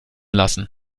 lassen